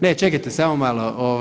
Ne, čekajte, samo malo.